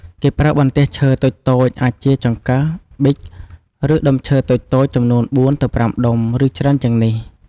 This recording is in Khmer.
គេប្រើបន្ទះឈើតូចៗ អាចជាចង្កឹះ ប៊ិច ឬដុំឈើតូចៗ ចំនួន ៤ ទៅ ៥ ដុំ ឬច្រើនជាងនេះ។